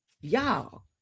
Y'all